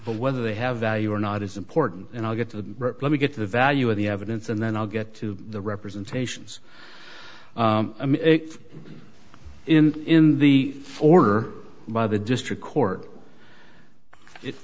but whether they have value or not is important and i get to let me get to the value of the evidence and then i'll get to the representations in in the order by the district court i